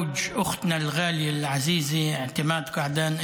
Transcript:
(אומר בערבית: בעלה של אחותנו היקרה איעתמאד קעדאן,